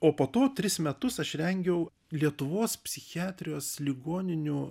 o po to tris metus aš rengiau lietuvos psichiatrijos ligoninių